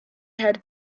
had